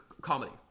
comedy